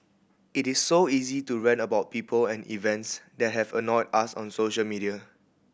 it is so easy to rant about people and events that have annoyed us on social media